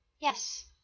Yes